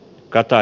kata